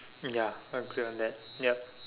ya agree on that ya